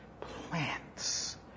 plants